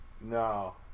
No